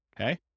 okay